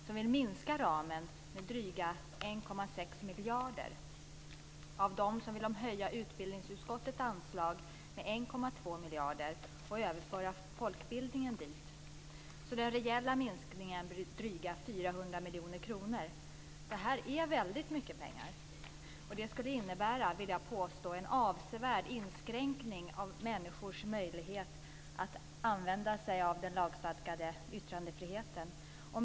De vill minska ramen med dryga 1,6 miljarder kronor, och de vill höja utbildningsutskottets anslag med 1,2 miljarder och överföra folkbildningen dit. Den reella minskningen blir dryga 400 miljoner kronor. Det är mycket pengar. Det skulle innebära, vill jag påstå, en avsevärd inskränkning av människors möjlighet att använda sig av den lagstadgade yttrandefriheten.